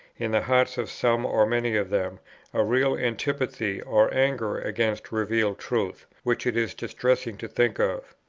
in the hearts of some or many of them a real antipathy or anger against revealed truth, which it is distressing to think of.